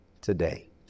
today